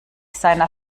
seiner